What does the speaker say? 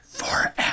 Forever